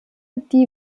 die